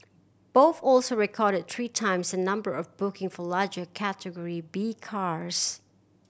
both also recorded three times the number of bookings for larger Category B cars